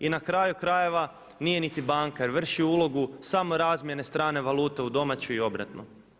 I na kraju krajeva nije niti banka jer vrši ulogu samo razmjene strane valute u domaću i obratno.